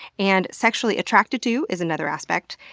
and sexually attracted to is another aspect,